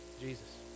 Jesus